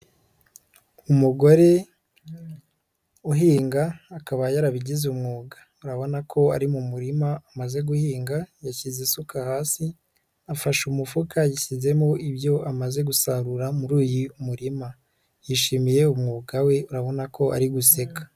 Umugore uhinga akaba yarabigize umwuga, urabona ko ari mu murima amaze guhinga yashyize isuka hasi, afashe umufuka yashyizemo ibyo amaze gusarura muri uyu murima, yishimiye umwuga we urabona ko ari guseka.